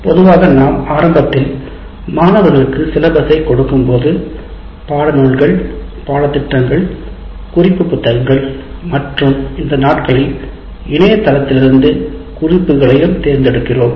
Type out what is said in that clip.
பொதுவாக நாம் ஆரம்பத்தில் மாணவர்களுக்கு சிலபஸை கொடுக்கும்போது பாடநூல்கள் பாடத்திட்டங்கள் குறிப்பு புத்தகங்கள் மற்றும் இந்த நாட்களில் இணையதளத்திலிருந்து குறிப்புகளையும் தேர்ந்தெடுக்கிறோம்